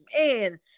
man